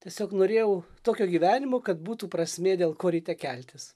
tiesiog norėjau tokio gyvenimo kad būtų prasmė dėl ko ryte keltis